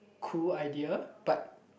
cool idea but